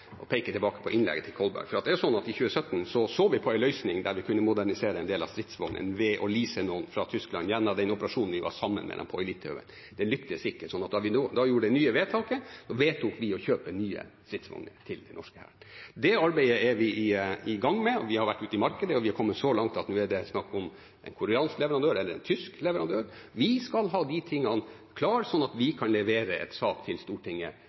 peke tilbake på innlegget til Kolberg. For det er jo sånn at i 2017 så vi på en løsning der vi kunne modernisere en del av stridsvognene ved å lease noen fra Tyskland gjennom den operasjonen vi var sammen med dem på i Litauen. Det lyktes ikke, så da vi gjorde det nye vedtaket, vedtok vi å kjøpe nye stridsvogner til det norske hæren. Det arbeidet er vi i gang med. Vi har vært ute i markedet, og vi har kommet så langt at nå er det snakk om en koreansk leverandør eller en tysk leverandør. Vi skal ha de tingene klare så vi kan levere en sak til Stortinget